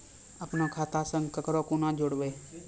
अपन खाता संग ककरो कूना जोडवै?